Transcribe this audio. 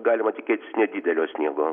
galima tikėtis nedidelio sniego